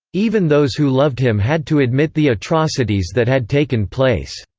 even those who loved him had to admit the atrocities that had taken place.